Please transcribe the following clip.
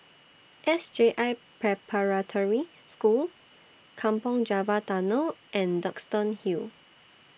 S J I Preparatory School Kampong Java Tunnel and Duxton Hill